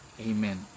amen